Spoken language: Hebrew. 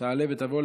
תעלה ותבוא.